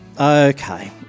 Okay